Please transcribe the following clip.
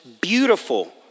beautiful